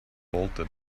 bolted